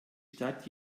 stadt